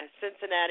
Cincinnati